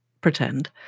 pretend